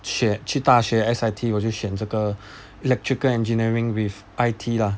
选去大学 S_I_T 我就选这个 electrical engineering with I_T lah